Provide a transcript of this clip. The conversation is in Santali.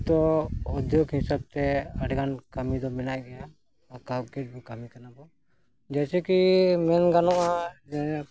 ᱛᱚ ᱩᱫᱽᱫᱳᱜᱽ ᱦᱤᱥᱟᱹᱵ ᱛᱮ ᱟᱹᱰᱤ ᱜᱟᱱ ᱠᱟᱹᱢᱤ ᱫᱚ ᱢᱮᱱᱟᱜ ᱜᱮᱭᱟ ᱠᱟᱣᱠᱤ ᱜᱮᱠᱚ ᱠᱟᱹᱢᱤ ᱠᱟᱱᱟ ᱠᱚ ᱡᱮᱥᱮ ᱠᱤ ᱢᱮᱱ ᱜᱟᱱᱚᱜᱼᱟ